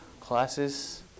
classes